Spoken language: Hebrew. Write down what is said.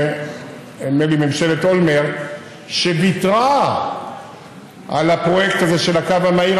ונדמה לי ממשלת אולמרט ויתרה על הפרויקט הזה של הקו המהיר,